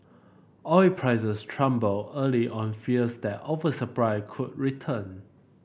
oil prices early on fears that oversupply could return